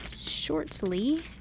shortly